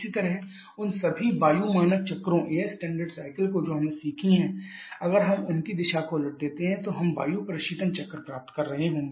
इसी तरह उन सभी वायु मानक चक्रों को जो हमने सीखा है अगर हम उनकी दिशा को उलटते हैं तो हम वायु प्रशीतन चक्र प्राप्त करने जा रहे हैं